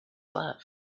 left